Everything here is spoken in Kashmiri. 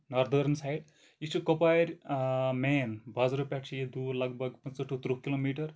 ناردٲرٕن سایڈ یہِ چھُ کَۄپوارِ مین بازرٕ پٮ۪ٹھٕ چھُ یہِ دوٗر لگ بگ پٕنٛژٕہ ٹو ترٕٛہ کِلومیٖٹر